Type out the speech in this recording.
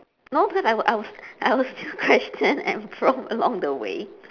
no because I will I will I will still question and prompt along the way